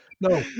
No